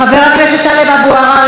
חבר הכנסת טלב אבו עראר,